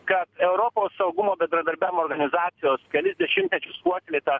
kad europos saugumo bendradarbiavimo organizacijos kelis dešimtmečius puoselėta